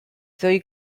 ddwy